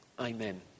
Amen